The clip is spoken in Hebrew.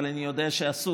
אבל אני יודע שאסור,